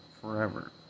forever